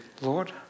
Lord